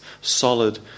solid